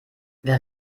wer